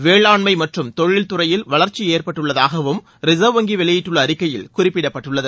வேளாண்மை மற்றம் தொழில் துறையில் வளர்ச்சி ஏற்பட்டுள்ளதாகவும் ரிசர்வ் வங்கி வெளியிட்டுள்ள அறிக்கையில் குறிப்பிடப்பட்டுள்ளது